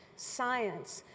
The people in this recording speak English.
science,